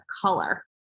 color